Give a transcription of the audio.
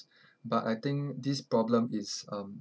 but I think this problem is uh